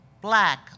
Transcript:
black